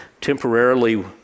temporarily